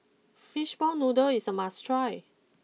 Fish Ball Noodle is a must try